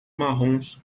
marrons